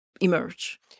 emerge